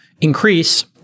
increase